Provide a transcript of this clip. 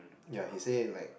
yeah he said like